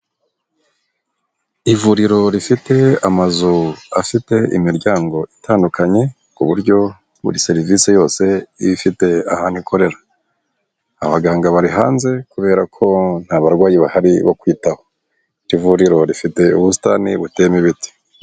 Ivuriro rifite amazu afite imiryango itandukanye ku buryo buri serivisi yose iba ifite ahantu ikorera, abaganga bari hanze kubera ko nta barwayi bahari bo kwitaho, iri vuriro rifite ubusitani buteme ibiti.